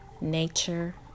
nature